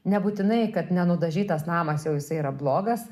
nebūtinai kad nenudažytas namas jau jisai yra blogas